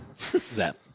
Zap